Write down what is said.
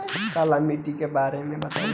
काला माटी के बारे में बताई?